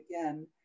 Again